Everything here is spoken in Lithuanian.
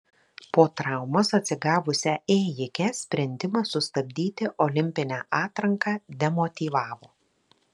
po traumos atsigavusią ėjikę sprendimas sustabdyti olimpinę atranką demotyvavo